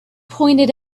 pointed